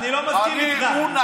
אני לא מסכים איתך.